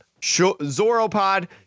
Zoropod